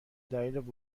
دلیل